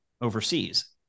overseas